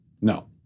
no